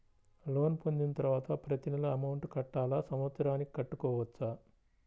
Loan పొందిన తరువాత ప్రతి నెల అమౌంట్ కట్టాలా? సంవత్సరానికి కట్టుకోవచ్చా?